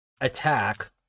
attack